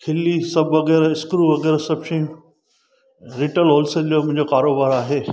सिल्ली सभु वग़ैरह स्क्रू जहिड़ी सभु शयूं रिटेल होलसेल जो मुंहिंजो कारोबारु आहे